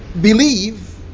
believe